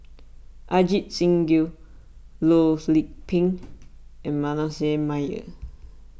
Ajit Singh Gill Loh Lik Peng and Manasseh Meyer